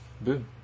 boom